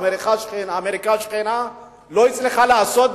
אמריקה השכנה לא הצליחה לעשות,